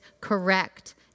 correct